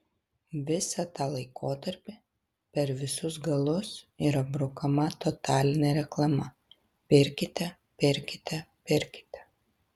visą tą laikotarpį per visus galus yra brukama totalinė reklama pirkite pirkite pirkite